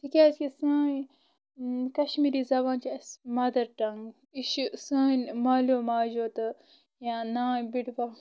تِکیازِ کہِ سٲنۍ کشمیٖری زَبان چھِ اسہِ مدر ٹنگ یہِ چھِ سٲنۍ مالیو ماجیو تہٕ یا نانۍ بٕڈبب